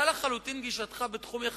הוא פוחד שהוא יצעק עליו,